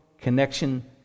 connection